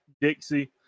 Dixie